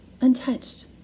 untouched